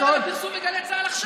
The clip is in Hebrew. מה אתה אומר הפרסום בגלי צה"ל עכשיו?